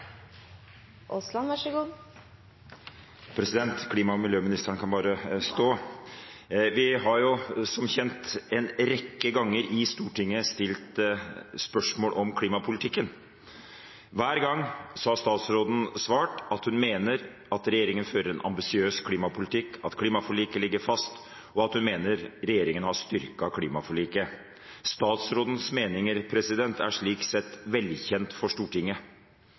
kjent en rekke ganger i Stortinget stilt spørsmål om klimapolitikken. Hver gang har statsråden svart at hun mener at regjeringen fører en ambisiøs klimapolitikk, at klimaforliket ligger fast, og at hun mener at regjeringen har styrket klimaforliket. Statsrådens meninger er slik sett velkjent for Stortinget.